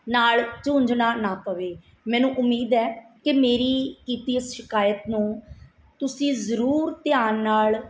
ਨਾਲ ਜੂਝਣਾ ਨਾ ਪਵੇ ਮੈਨੂੰ ਉਮੀਦ ਹੈ ਕਿ ਮੇਰੀ ਕੀਤੀ ਇਸ ਸ਼ਿਕਾਇਤ ਨੂੰ ਤੁਸੀਂ ਜ਼ਰੂਰ ਧਿਆਨ ਨਾਲ